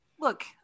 look